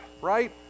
right